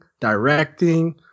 directing